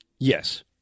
Yes